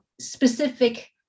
specific